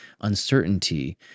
uncertainty